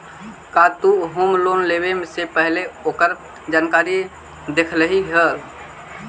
का तु home loan लेवे से पहिले ओकर जानकारी देखलही हल?